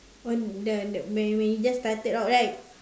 on the the when you when you just started out right